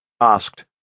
asked